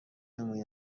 موی